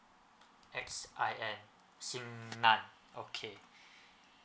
X I N xin nan okay